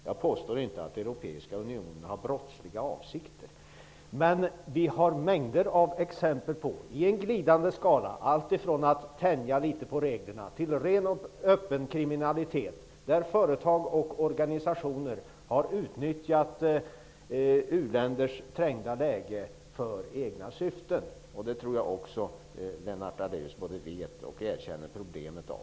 Jag påstår inte att Europeiska unionen har brottsliga avsikter, men vi har mängder av exempel på att företag och organisationer har utnyttjat u-länders trängda läge för egna syften -- alltifrån ett litet tänjande på reglerna till ren och öppen kriminalitet. Jag tror att Lennart Daléus är medveten om och kan erkänna problemen med detta.